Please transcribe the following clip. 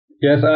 Yes